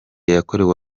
yakorewe